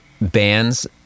bands